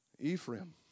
Ephraim